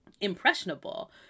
impressionable